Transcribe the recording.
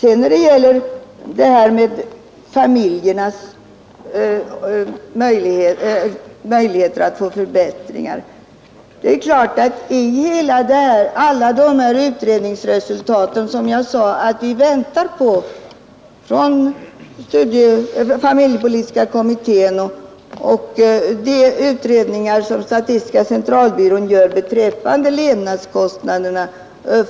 I vad sedan gäller familjernas möjligheter att erhålla förbättringar väntar vi på resultatet av familjepolitiska kommitténs arbete och av statistiska centralbyråns utredningar rörande de studerandes levnadskostnader.